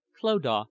Clodagh